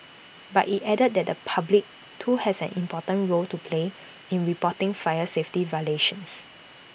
but IT added that the public too has an important role to play in reporting fire safety violations